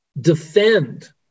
defend